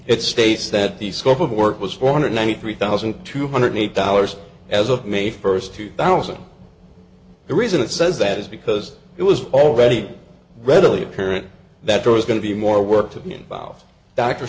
it states that the scope of work was four hundred ninety three thousand two hundred eight dollars as of may first two thousand the reason it says that is because it was already readily apparent that there was going to be more work to be involved dr